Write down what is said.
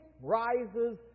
rises